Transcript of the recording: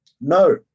no